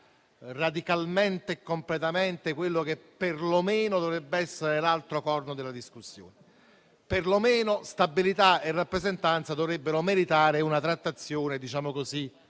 radicalmente e completamente però quello che perlomeno dovrebbe essere l'altro corno della discussione. Stabilità e rappresentanza dovrebbero perlomeno meritare una trattazione comune.